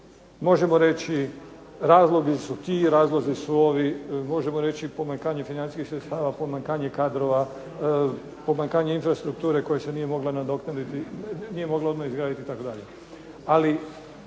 Možemo reći razlozi su ti, razlozi su oni, možemo reći pomanjkanje financijskih sredstava, pomanjkanje kadrova, pomanjkanje infrastrukture koja se nije mogla odmah izgraditi itd.